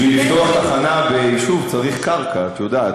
בשביל לפתוח תחנה ביישוב צריך קרקע, את יודעת.